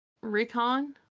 recon